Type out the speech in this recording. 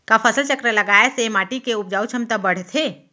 का फसल चक्र लगाय से माटी के उपजाऊ क्षमता बढ़थे?